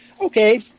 Okay